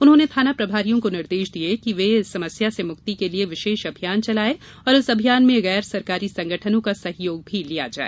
उन्होंने थाना प्रभारियों को निर्देश दिये कि वे इस समस्या से मुक्ति के लिये विशेष अभियान चलाये और इस अभियान में गैर सरकारी संगठनों का सहयोग भी लिया जाए